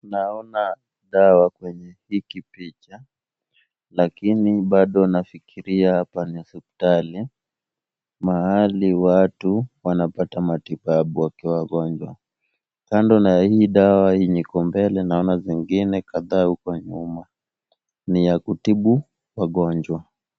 Naona dawa kwenye hiki picha, lakini bado nafikiria hapa ni hospitali mahali watu wanapata matibabu wakiwa wagonjwa. Kando na hii dawa yenye iko mbele naona zingine kadhaa huko nyuma. Ni ya kutibu wagonjwa.